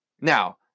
Now